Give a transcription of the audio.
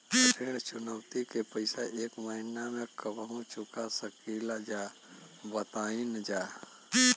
ऋण चुकौती के पैसा एक महिना मे कबहू चुका सकीला जा बताईन जा?